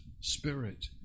Spirit